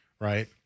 right